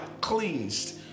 cleansed